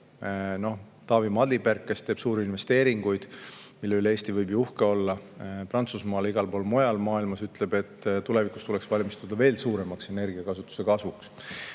Taavi Madiberk, kes teeb suuri investeeringuid, mille üle Eesti võib uhke olla, Prantsusmaal, igal pool mujal maailmas, ütleb, et tulevikus tuleks valmistuda veel suuremaks energiakasutuse kasvuks.